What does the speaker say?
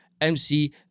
MC